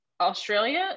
Australia